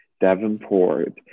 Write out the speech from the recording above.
Davenport